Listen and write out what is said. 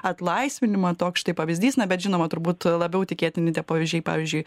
atlaisvinimą toks štai pavyzdys na bet žinoma turbūt labiau tikėtini tie pavyzdžiai pavyzdžiui